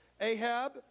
Ahab